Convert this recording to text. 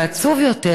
ועצוב יותר,